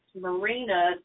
marina